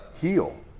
heal